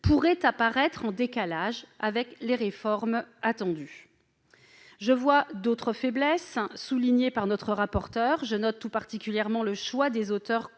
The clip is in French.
pourraient apparaître en décalage avec les réformes attendues. Parmi les autres faiblesses de ce texte, soulignées par notre rapporteure, je note tout particulièrement le choix des auteurs